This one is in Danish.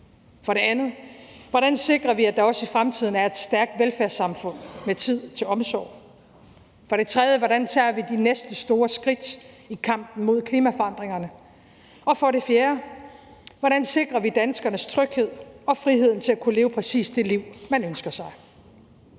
For det andet: Hvordan sikrer vi, at der også i fremtiden er et stærkt velfærdssamfund med tid til omsorg? For det tredje: Hvordan tager vi de næste store skridt i kampen mod klimaforandringerne? Og for det fjerde: Hvordan sikrer vi danskernes tryghed og frihed til at kunne leve præcis det liv, man ønsker sig?